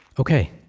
ok.